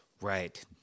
Right